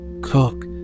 Cook